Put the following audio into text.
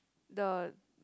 the